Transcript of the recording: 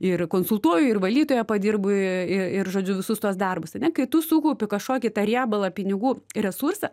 ir konsultuoju ir valytoja padirbu i i ir žodžiu visus tuos darbus ane kai tu sukaupi kažkokį tą riebalą pinigų resursą